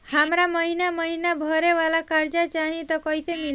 हमरा महिना महीना भरे वाला कर्जा चाही त कईसे मिली?